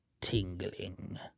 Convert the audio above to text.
tingling